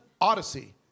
Odyssey